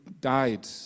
died